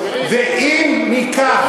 ואם ניקח,